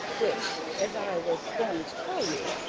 which, as i was going to tell you,